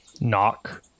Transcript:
knock